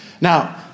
Now